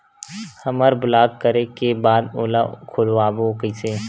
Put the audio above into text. हमर ब्लॉक करे के बाद ओला खोलवाबो कइसे?